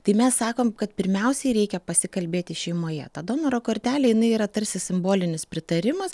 tai mes sakom kad pirmiausiai reikia pasikalbėti šeimoje ta donoro kortelė jinai yra tarsi simbolinis pritarimas